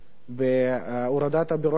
בהורדת הביורוקרטיה,